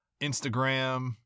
instagram